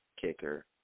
kicker